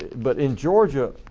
but in georgia,